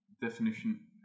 definition